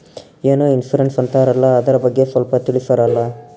ಏನೋ ಇನ್ಸೂರೆನ್ಸ್ ಅಂತಾರಲ್ಲ, ಅದರ ಬಗ್ಗೆ ಸ್ವಲ್ಪ ತಿಳಿಸರಲಾ?